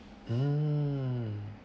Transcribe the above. mm